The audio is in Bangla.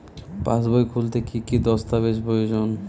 পাসবই খুলতে কি কি দস্তাবেজ প্রয়োজন?